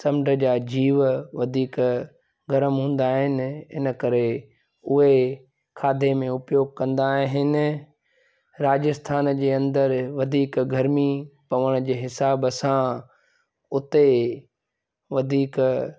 समुंड जा जीव वधीक गरम हूंदा आहिनि इनकरे उहे खाधे में उपयोग कंदा आहिनि राजस्थान जे अंदरि वधीक गर्मी पवण जे हिसाब सां उते वधीक